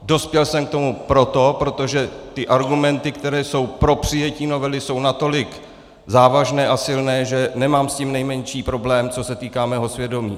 Dospěl jsem k tomu proto, protože argumenty, které jsou pro přijetí novely, jsou natolik závažné a silné, že nemám s tím nejmenší problém, co se týká mého svědomí.